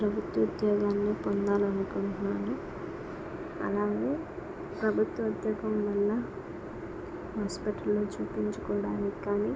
ప్రభుత్వ ఉద్యోగాన్ని పొందాలి అనుకుంటున్నాను అలాగే ప్రభుత్వ ఉద్యోగం వల్ల హాస్పిటల్లో చూపించుకోటానికి కాని